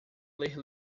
ler